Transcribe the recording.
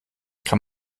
kann